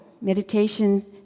meditation